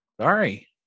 Sorry